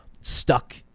stuck